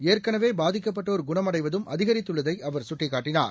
ஏற்கனவேபாதிக்கப்பட்டோர் குணமடைவதும் அதிகரித்துள்ளதைஅவர் சுட்டிக்காட்டினார்